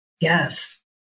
Yes